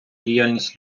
діяльність